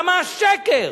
למה השקר?